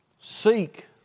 Seek